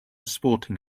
sporting